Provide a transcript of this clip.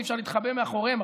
אי-אפשר להתחבא מאחוריהם.